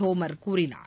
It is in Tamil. தோமர் கூறினார்